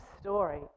story